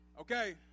Okay